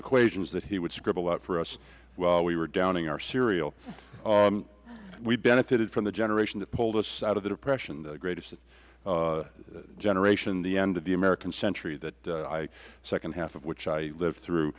equations that he would scribble out for us while we were downing our cereal we benefited from a generation that pulled us out of the depression the greatest generation the end of the american century that the second half of which i lived through